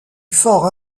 fort